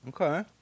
Okay